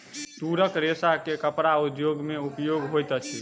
तूरक रेशा के कपड़ा उद्योग में उपयोग होइत अछि